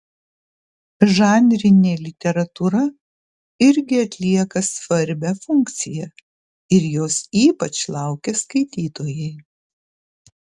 žanrinė literatūra irgi atlieka svarbią funkciją ir jos ypač laukia skaitytojai